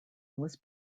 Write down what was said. was